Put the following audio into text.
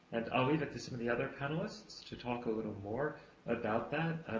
and i'll leave it to some of the other panelists to talk a little more about that.